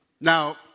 Now